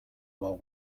while